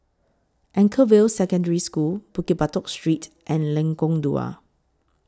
Anchorvale Secondary School Bukit Batok Street and Lengkong Dua